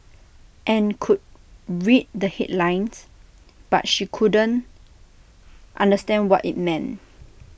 and could read the headlines but she couldn't understand what IT meant